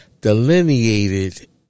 delineated